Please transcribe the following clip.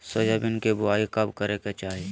Soybean के बुआई कब करे के चाहि?